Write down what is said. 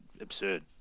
absurd